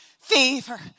Fever